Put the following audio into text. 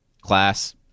class